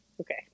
Okay